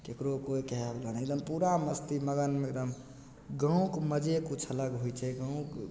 ककरो कोइ कहयवला नहि एकदम पूरा मस्ती मगनमे एकदम गाँवके मजे किछु अलग होइ छै गाँवके